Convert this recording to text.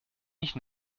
nicht